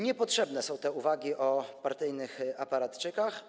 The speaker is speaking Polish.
Niepotrzebne są te uwagi o partyjnych aparatczykach.